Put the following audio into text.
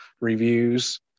reviews